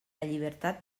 llibertat